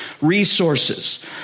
resources